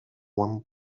buen